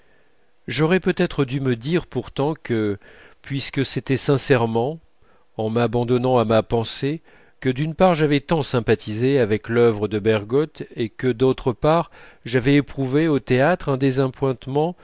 j'aurais peut-être dû pourtant me dire que puisque c'était sincèrement en m'abandonnant à ma pensée que d'une part j'avais tant sympathisé avec l'œuvre de bergotte et que d'autre part j'avais éprouvé au théâtre un